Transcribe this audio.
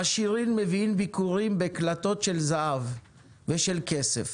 עשירים מביאים ביכורים בקלתות של זהב ושל כסף,